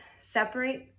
separate